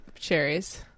Cherries